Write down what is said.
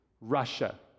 Russia